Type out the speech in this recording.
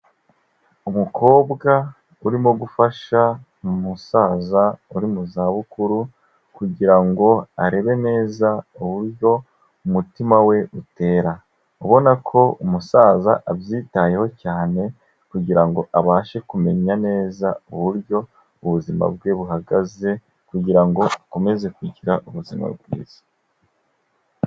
Umukobwa urimo gufasha umusaza uri mu zabukuru kugira ngo arebe neza uburyo umutima we utera, ubona ko umusaza abyitayeho cyane kugira ngo abashe kumenya neza uburyo ubuzima bwe buhagaze, kugira ngo akomeze kugira ubuzima bwiza.